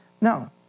no